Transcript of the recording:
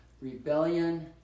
rebellion